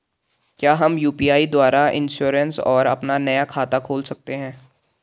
क्या हम यु.पी.आई द्वारा इन्श्योरेंस और अपना नया खाता खोल सकते हैं?